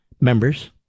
members